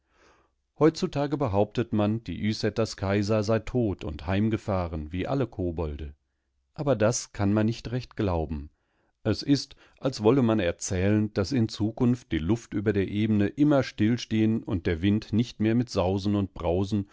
heutzutage behauptet man die ysätters kajsa sei tot und heimgefahren wie alle kobolde aber das kann man nicht recht glauben es ist als wolle man erzählen daß in zukunft die luft über der ebene immer still stehen und der wind nicht mehr mit sausen und brausen